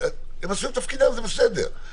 הם עשו את תפקידם, זה בסדר.